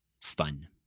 fun